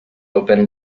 open